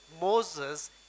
Moses